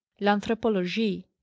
l'anthropologie